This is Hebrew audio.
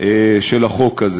החוק הזה.